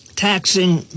Taxing